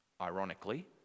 Ironically